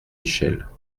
michel